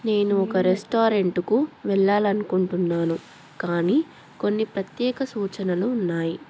నేను ఒక రెస్టారెంట్కు వెళ్ళాలనుకుంటున్నాను కానీ కొన్ని ప్రత్యేక సూచనలు ఉన్నాయి